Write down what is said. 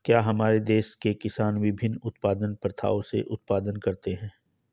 क्या हमारे देश के किसान विभिन्न उत्पादन प्रथाओ से उत्पादन करते हैं?